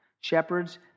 shepherds